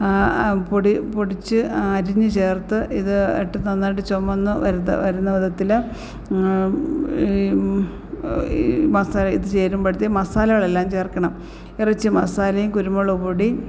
പൊടി പൊടിച്ച് അരിഞ്ഞ് ചേർത്ത് ഇത് ഇട്ട് നന്നായിട്ട് ചുവന്ന് വരുന്ന വിധത്തില് ഈ മസാല ഇത് ചേരുമ്പോഴത്തെ മസാലകളെല്ലാം ചേർക്കണം ഇറച്ചി മസാലയും കുരുമുളക് പൊടിയും